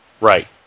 right